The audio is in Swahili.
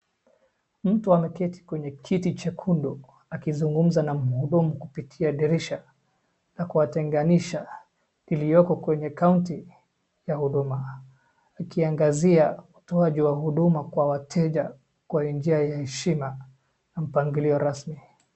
Mtu ameketi kwenye kiti chekundu akizungumza na mhudumu kupitia dirisha na kuwatenganisha ilioko kwennye kaunta ya huduma. Akiangazi utoaji kwa wateja kwa nia ya heshima na mpangilio rasmi.